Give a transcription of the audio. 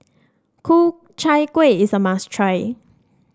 Ku Chai Kuih is a must try